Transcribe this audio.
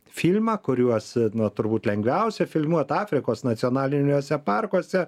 filmą kuriuos turbūt lengviausia filmuot afrikos nacionaliniuose parkuose